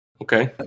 Okay